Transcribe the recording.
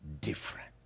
different